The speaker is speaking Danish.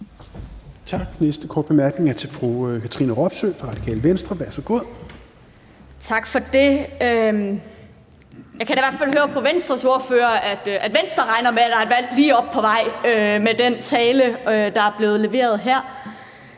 Tak. Den næste korte bemærkning er til fru Katrine Robsøe fra Radikale Venstre. Værsgo. Kl. 21:09 Katrine Robsøe (RV): Tak for det. Jeg kan da i hvert fald høre på Venstres ordfører, at Venstre regner med, at der er et valg på vej, med den tale, der er blevet leveret her.